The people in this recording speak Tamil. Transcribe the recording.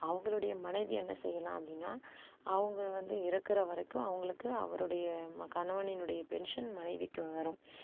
அவங்களுடைய மனைவி என்ன செய்யலாம் அப்படின்னா அவங்க வந்து இருக்கிற வரைக்கும் அவங்களுக்கு அவரோடைய கணவனினுடைய பென்ஷன் மனைவிக்கு வரும்